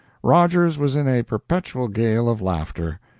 rogers was in a perpetual gale of laughter.